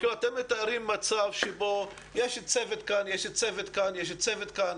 אתם מתארים מצב שבו יש צוות כאן ויש צוות כאן ויש צוות כאן.